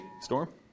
Storm